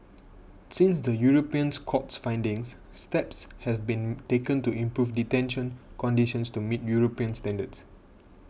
since the European court's findings steps have been taken to improve detention conditions to meet European standards